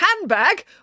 handbag